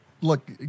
Look